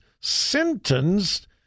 sentenced